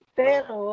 pero